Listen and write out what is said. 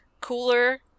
cooler